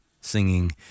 singing